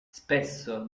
spesso